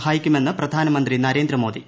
സഹായിക്കുമെന്ന് പ്രധ്യാന്മ്യന്ത്രി നരേന്ദ്രമോദി